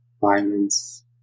violence